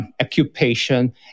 occupation